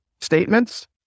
statements